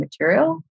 material